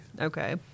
okay